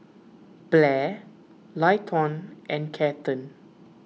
Blair Leighton and Kathern